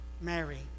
Mary